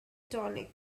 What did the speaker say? tonic